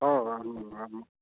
ହଉ ଆରମ୍ଭ କର